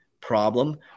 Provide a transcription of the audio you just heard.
Problem